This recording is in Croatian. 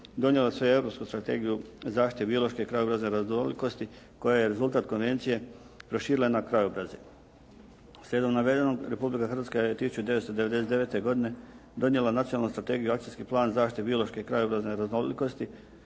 donijela su i Europsku strategiju zaštite biološke i krajobrazne raznolikosti koja je rezultat konvencije proširila na krajobraze. Slijedom navedenog Republika Hrvatska je 1999. godine donijela Nacionalnu strategiju i akcijski plan zaštite biološke i krajobrazne raznolikosti